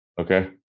Okay